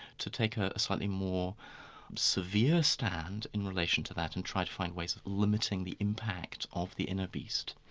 to take a slightly more severe stand in relation to that and try to find ways of limiting the impact of the inner beast.